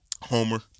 Homer